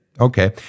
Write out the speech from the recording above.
Okay